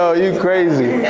ah you crazy.